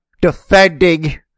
Defending